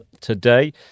today